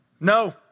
No